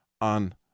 on